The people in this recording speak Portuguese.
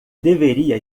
deveria